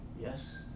Yes